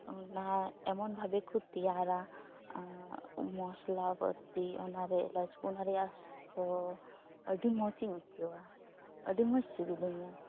ᱚᱱᱟ ᱮᱢᱚᱱ ᱵᱷᱟᱵᱮ ᱠᱚ ᱛᱮᱭᱟᱨᱟ ᱢᱚᱥᱞᱟᱼᱯᱟ ᱛᱤ ᱚᱱᱟᱨᱮ ᱚᱱᱟ ᱨᱮᱭᱟᱜ ᱥᱚ ᱟᱹᱰᱤ ᱢᱚᱡᱤᱧ ᱟᱹᱭᱠᱟᱹᱣᱟ ᱟᱹᱰᱤ ᱢᱚᱡᱽ ᱥᱤᱵᱤᱞᱤᱧᱟᱹ